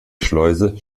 schleuse